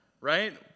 right